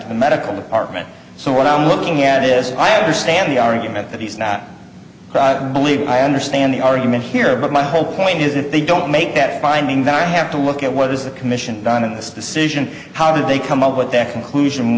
to the medical department so what i'm looking at is i understand the argument that he's not believe i understand the argument here but my whole point is if they don't make that finding then i have to look at what is the commission done in this decision how did they come up with their conclusion when